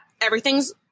everything's